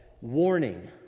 warning